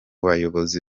bayobozi